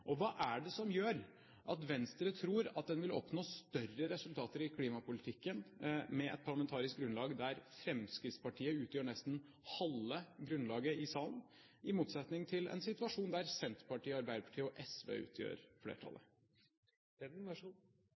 utgjøre. Hva er det som gjør at Venstre tror at de vil oppnå større resultater i klimapolitikken med et parlamentarisk grunnlag der Fremskrittspartiet utgjør nesten halve grunnlaget i salen, i motsetning til en situasjon der Senterpartiet, Arbeiderpartiet og SV utgjør